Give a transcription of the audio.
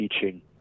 teaching